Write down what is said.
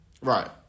Right